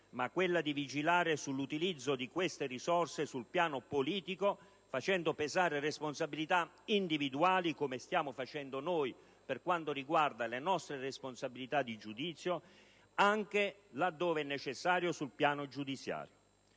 ma quella di vigilare sull'utilizzo di queste sul piano politico, facendo pesare responsabilità individuali, come stiamo facendo noi per quanto riguarda le nostre responsabilità di giudizio, anche, laddove è necessario, sul piano giudiziario.